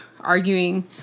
arguing